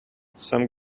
some